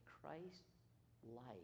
Christ-like